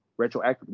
retroactively